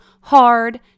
hard